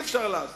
אי-אפשר להשיג.